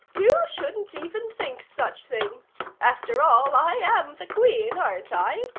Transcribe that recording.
you shouldn't even think such things. after all, i am the queen, aren't i?